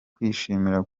kwishimira